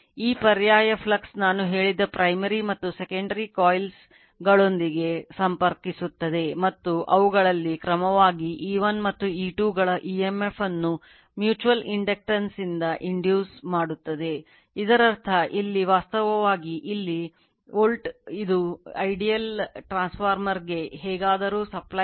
ಈ ಪರ್ಯಾಯ ಫ್ಲಕ್ಸ್ ನಾನು ಹೇಳಿದ primary ವೋಲ್ಟೇಜ್ ಆಗಿದೆ